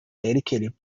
dedicated